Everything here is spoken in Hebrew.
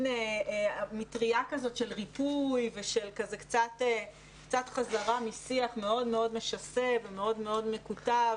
מין מטרייה של ריפוי ושל קצת חזרה משיח מאוד משסה ומקוטב,